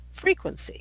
frequency